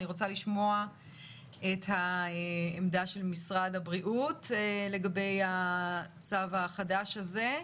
אני רוצה לשמוע את העמדה של משרד הבריאות לגבי הצו החדש הזה,